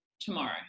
tomorrow